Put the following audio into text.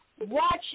Watch